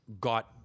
got